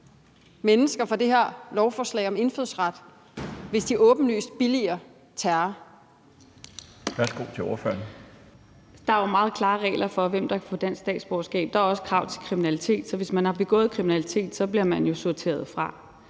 (Bjarne Laustsen): Værsgo til ordføreren. Kl. 12:22 Zenia Stampe (RV): Der er jo meget klare regler for, hvem der kan få dansk statsborgerskab. Der er også krav i forhold til kriminalitet, så hvis man har begået kriminalitet, bliver man jo sorteret fra.